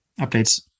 updates